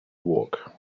walk